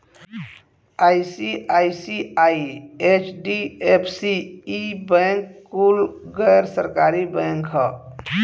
ICICI, HDFC, ई bank कुल गैर सरकारी बैंक ह